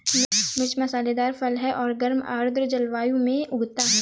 मिर्च मसालेदार फल है और गर्म आर्द्र जलवायु में उगता है